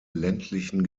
ländlichen